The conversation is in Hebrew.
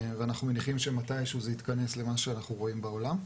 ואנחנו מניחים שמתי-שהוא זה יתכנס למה שאנחנו רואים בעולם.